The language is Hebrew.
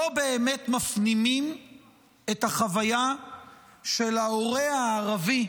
לא באמת מפנימים את החוויה של ההורה הערבי,